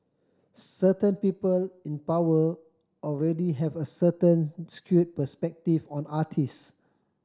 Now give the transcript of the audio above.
certain people in power already have a certain skewed perspective on artist